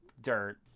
dirt